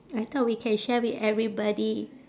I thought we can share with everybody